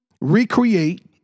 recreate